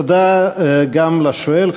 תודה גם לשואל,